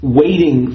waiting